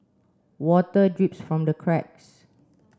water drips from the cracks